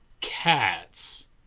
cats